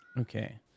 Okay